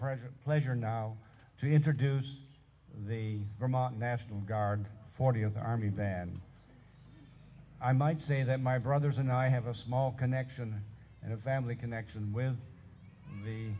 program pleasure now to introduce the vermont national guard forty of the army i might say that my brothers and i have a small connection and a family connection with the